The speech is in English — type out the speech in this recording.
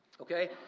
Okay